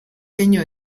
keinu